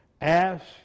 Ask